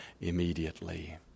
immediately